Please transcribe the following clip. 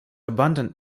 abundant